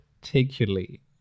particularly